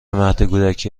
مهدکودکی